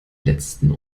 letzten